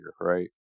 right